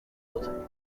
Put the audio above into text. hood